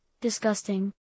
disgusting